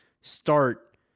start